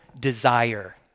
desire